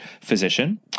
physician